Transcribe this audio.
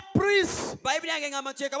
priest